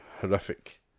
horrific